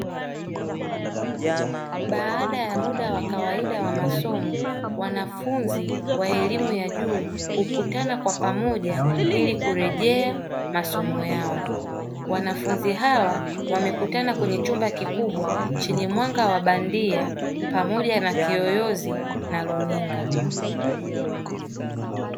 Baada ya muda wa kawaida wa masomo, wanafunzi wa elimu ya juu hukutana kwa pamoja ili kurejea masomo yao. Wananafunzi hawa wamekutana kwenye chumba kikubwa chenye mwanga wa bandia pamoja na kiyoyozi na runinga.